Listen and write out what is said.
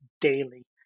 daily